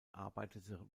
arbeitete